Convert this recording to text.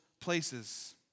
places